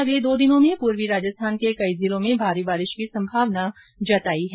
विभाग ने अगले दो दिनों में पूर्वी राजस्थान के कई जिलों में भारी बारिश की संभावना जताई है